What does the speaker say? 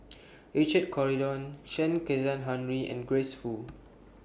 Richard Corridon Chen Kezhan Henri and Grace Fu